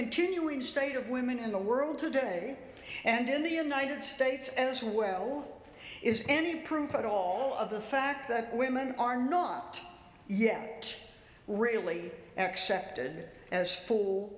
continuing state of women in the world today and in the united states as well is any proof at all of the fact that women are not yet really accepted as fo